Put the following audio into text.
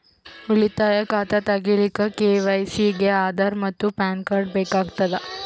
ಉಳಿತಾಯ ಖಾತಾ ತಗಿಲಿಕ್ಕ ಕೆ.ವೈ.ಸಿ ಗೆ ಆಧಾರ್ ಮತ್ತು ಪ್ಯಾನ್ ಕಾರ್ಡ್ ಬೇಕಾಗತದ